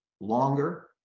Longer